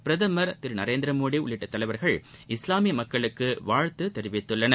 பிரதமர் திரு நரேந்திரமோடி உள்ளிட்ட தலைவர்கள் இஸ்லாமிய மக்களுக்கு வாழ்த்து தெரிவித்துள்ளனர்